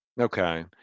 Okay